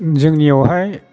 जोंनियावहाय